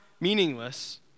meaningless